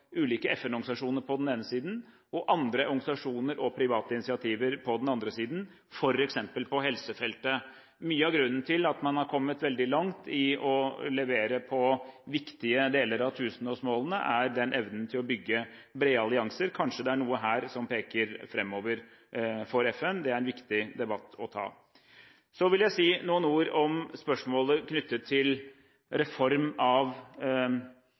ulike FN-organisasjoner på den ene siden og andre organisasjoner og private initiativer på den andre, f.eks. på helsefeltet. Mye av grunnen til at man har kommet veldig langt i å levere på viktige deler av tusenårsmålene, er den evnen til å bygge brede allianser. Kanskje det er noe her som peker framover for FN? Det er en viktig debatt å ta. Så vil jeg si noen ord om spørsmålet knyttet til reform av